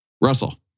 Russell